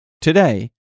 today